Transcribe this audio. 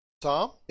Tom